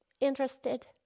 interested